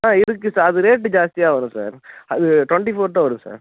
ஆ இருக்குது சார் அது ரேட்டு ஜாஸ்தியாக வரும் சார் அது ட்வெண்ட்டி ஃபோர்கிட்ட வரும் சார்